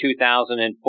2004